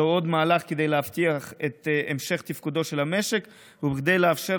זהו עוד מהלך כדי להבטיח את המשך תפקודו של המשק וכדי לאפשר